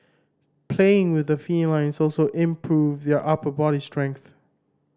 playing with the felines also improves their upper body strength